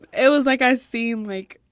it was like i seen, like,